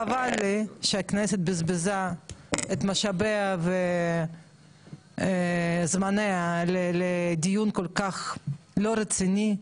חבל לי שהכנסת בזבזה את משאביה וזמניה לדיון כל כך לא רציני.